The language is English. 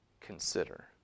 Consider